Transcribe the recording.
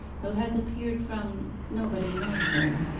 who has appeared from nobody knows where.